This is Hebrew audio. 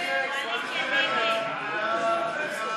ההסתייגות (286) של חברת הכנסת קארין אלהרר לסעיף 1